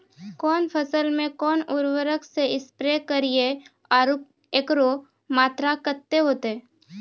कौन फसल मे कोन उर्वरक से स्प्रे करिये आरु एकरो मात्रा कत्ते होते?